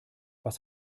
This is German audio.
was